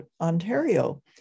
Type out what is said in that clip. Ontario